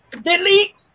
delete